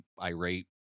irate